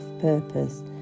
purpose